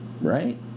Right